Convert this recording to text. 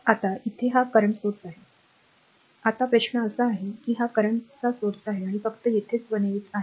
आता इथे हा करंट स्त्रोत आहे आता प्रश्न असा आहे की हा करंट चा स्त्रोत आहे आणि फक्त येथेच बनवित आहे